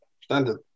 standard